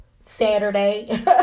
Saturday